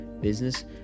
business